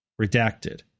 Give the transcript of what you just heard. Redacted